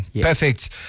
Perfect